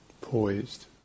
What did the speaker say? poised